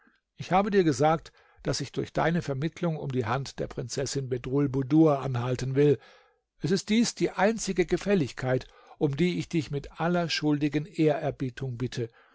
ich habe dir gesagt daß ich durch deine vermittlung um die hand der prinzessin bedrulbudur anhalten will es ist dies die einzige gefälligkeit um die ich dich mit aller schuldigen ehrerbietung bitte